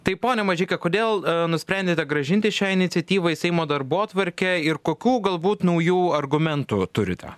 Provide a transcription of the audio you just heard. tai pone mažika kodėl nusprendėte grąžinti šią iniciatyvą į seimo darbotvarkę ir kokių galbūt naujų argumentų turite